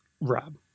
Rob